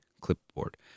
clipboard